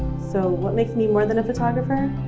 so what makes me more than a photographer?